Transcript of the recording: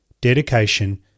dedication